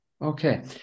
Okay